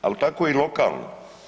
Ali tako i lokalno.